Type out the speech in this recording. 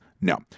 No